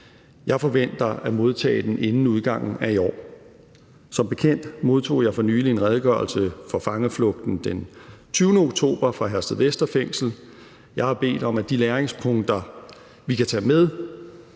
Jeg forventer at modtage den inden udgangen af i år. Som bekendt modtog jeg for nylig en redegørelse for fangeflugten den 20. oktober fra Herstedvester Fængsel. Jeg har bedt om, at de læringspunkter, vi kan tage med